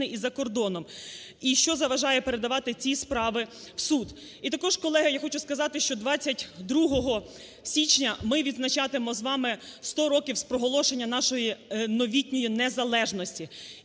і за кордоном? І що заважає передавати ці справи в суд? І також, колеги, я хочу сказати, що 22 січня ми відзначатимемо з вами 100 років з проголошення нашої новітньої незалежності.